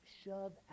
shove